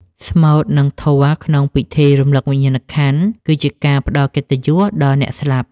ស្មូត និងធម៌ក្នុងពិធីរំលឹកវិញ្ញាណក្ខន្ធ គឺជាការផ្ដល់កិត្តិយសដល់អ្នកស្លាប់។